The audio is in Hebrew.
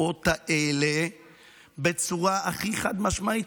בתופעות האלה בצורה הכי חד-משמעית.